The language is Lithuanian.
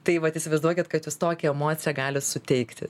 tai vat įsivaizduokit kad jūs tokią emociją galit suteikti